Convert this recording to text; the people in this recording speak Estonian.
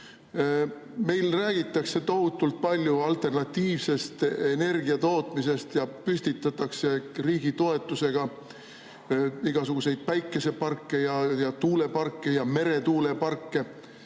Meil räägitakse tohutult palju alternatiivsest energiatootmisest ja püstitatakse riigi toetusega igasuguseid päikeseparke ja tuuleparke ja meretuuleparke.